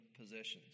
possessions